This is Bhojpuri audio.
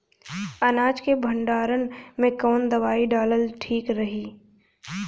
अनाज के भंडारन मैं कवन दवाई डालल ठीक रही?